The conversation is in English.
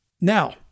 Now